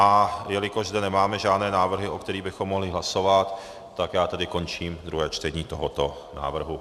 A jelikož zde nemáme žádné návrhy, o kterých bychom mohli hlasovat, tak končím druhé čtení tohoto návrhu.